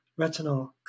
retinol